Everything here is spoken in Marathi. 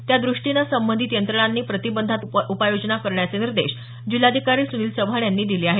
त्यादृष्टीनं संबंधित यंत्रणांनी प्रतिबंधात्मक उपाययोजना करण्याचे निर्देश जिल्हाधिकारी सुनील चव्हाण यांनी दिले आहेत